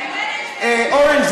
אורן,